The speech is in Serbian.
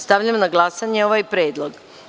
Stavljam na glasanje ovaj predlog.